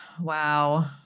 wow